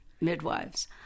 midwives